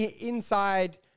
inside